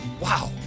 Wow